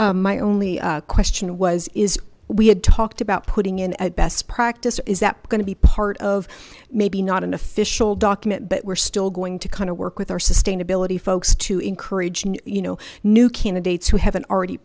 frank's my only question was is we had talked about putting in at best practice is that going to be part of maybe not an official document but we're still going to kind of work with our sustainability folks to encourage you know new candidates who haven't already